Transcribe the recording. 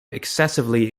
excessively